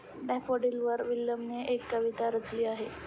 डॅफोडिलवर विल्यमने एक कविता रचली आहे